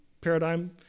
paradigm